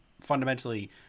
fundamentally